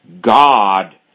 God